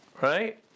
right